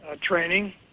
training